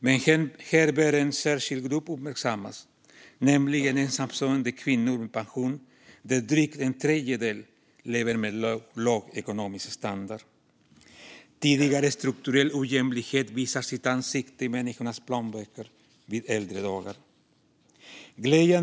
Men här bör en särskild grupp uppmärksammas, nämligen ensamstående kvinnor med pension, där drygt en tredjedel lever med låg ekonomisk standard. Tidigare strukturell ojämlikhet visar sitt ansikte i människors plånböcker på äldre dagar. Herr talman!